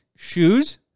Shoes